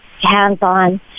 hands-on